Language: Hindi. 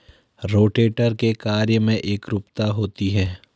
रोटेटर के कार्य में एकरूपता होती है